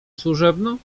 służebną